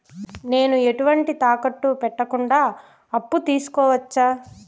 నేను ఎటువంటి తాకట్టు పెట్టకుండా అప్పు తీసుకోవచ్చా?